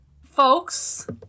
Folks